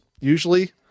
usually